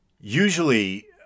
usually